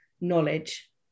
knowledge